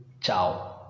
Ciao